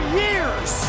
years